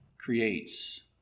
Creates